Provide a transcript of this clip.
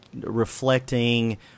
reflecting